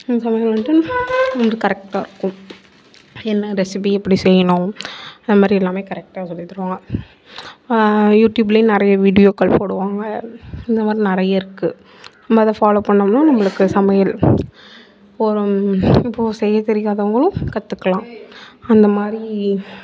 அந்த சமயம் வன்ட்டு கரெக்ட்டாக இருக்கும் என்ன ரெசிபி எப்படி செய்யணும் அதை மாதிரி எல்லாமே கரெக்ட்டாக சொல்லித் தருவாங்க யூடுயூப்லையும் நிறையா வீடியோக்கள் போடுவாங்க இந்த மாதிரி நிறையா இருக்கு நம்ம அதை ஃபாலோவ் பண்ணோம்ன்னா நம்மளுக்கு சமையல் வரும் இப்போ செய்ய தெரியாதவங்களும் கற்றுக்கலாம் அந்த மாதிரி